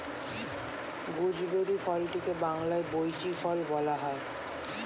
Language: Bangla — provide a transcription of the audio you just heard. গুজবেরি ফলটিকে বাংলায় বৈঁচি ফল বলা হয়